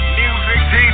music